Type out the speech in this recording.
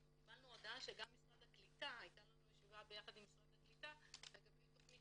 אנחנו הייתה לנו ישיבה יחד עם משרד הקליטה לגבי תכנית